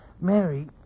Mary